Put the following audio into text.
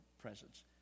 presence